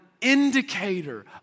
indicator